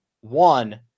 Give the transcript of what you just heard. one